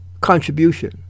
contribution